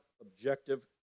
objective